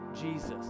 Jesus